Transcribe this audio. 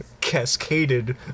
cascaded